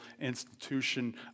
institution